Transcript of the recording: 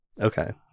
Okay